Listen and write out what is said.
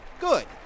good